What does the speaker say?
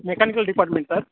mechanical department sir